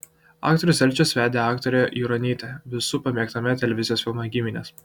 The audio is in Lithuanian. aktorius zelčius vedė aktorę juronytę visų pamėgtame televizijos filme giminės